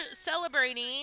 celebrating